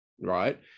right